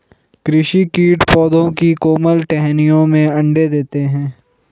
कृषि कीट पौधों की कोमल टहनियों में अंडे देते है